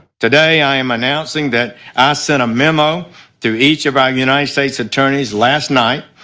today i am announcing that i sent a memo to each of our united states attorneys last night,